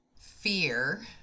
fear